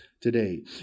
today